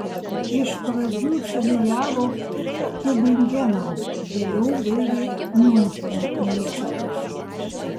iš pradžių studijavo tiubingeno vėliau baigė miuncheno universitetą